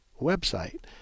website